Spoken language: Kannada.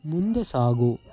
ಮುಂದೆ ಸಾಗು